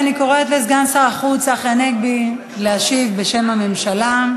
אני קוראת לסגן שר החוץ צחי הנגבי להשיב בשם הממשלה.